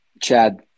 Chad